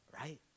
right